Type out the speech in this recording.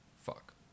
fuck